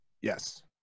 Yes